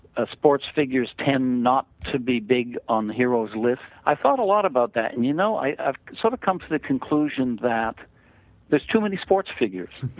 ah sports figures tend not to be big on heroes list. i thought a lot about that and you know i have sort of come to the conclusion that is too many sports figures.